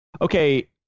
okay